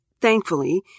thankfully